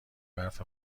برف